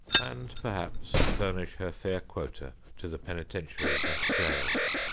and perhaps furnish her fair quota to the penitentiaries and jails.